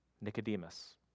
Nicodemus